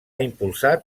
impulsat